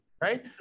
Right